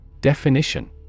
Definition